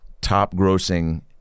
top-grossing